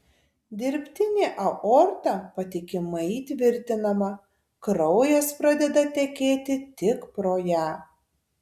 dirbtinė aorta patikimai įtvirtinama kraujas pradeda tekėti tik pro ją